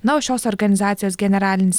na o šios organizacijos generalinis